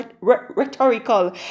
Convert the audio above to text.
rhetorical